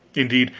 indeed,